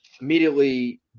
Immediately